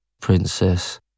Princess